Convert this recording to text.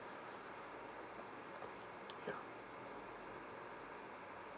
ya